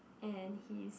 and his